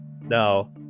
Now